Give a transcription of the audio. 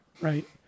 right